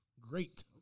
Great